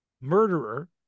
murderer